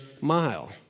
mile